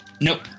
Nope